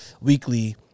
weekly